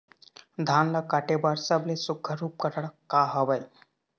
धान ला काटे बर सबले सुघ्घर उपकरण का हवए?